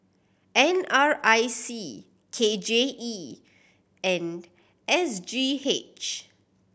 N R I C K J E and S G H